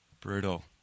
Brutal